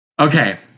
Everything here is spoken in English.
Okay